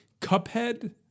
Cuphead